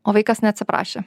o vaikas neatsiprašė